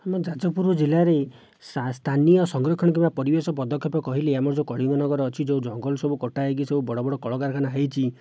ଆମ ଯାଜପୁର ଜିଲ୍ଲାରେ ସ୍ଥାନୀୟ ସଂରକ୍ଷଣ କିମ୍ବା ପରିବେଶ ପଦକ୍ଷେପ କହିଲେ ଆମର ଯେଉଁ କଳିଙ୍ଗନଗର ଅଛି ଯେଉଁ ଜଙ୍ଗଲ ସବୁ କଟା ହୋଇକି ସବୁ ବଡ଼ ବଡ଼ କଳକାରଖାନା ହୋଇଛି